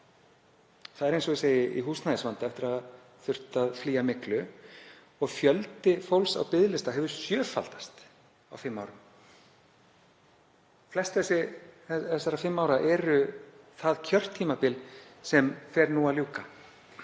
Það er, eins og ég segi, í húsnæðisvanda eftir að hafa þurft að flýja myglu. Fjöldi fólks á biðlista hefur sjöfaldast á fimm árum. Flest þessara fimm ára eru það kjörtímabil sem fer nú að ljúka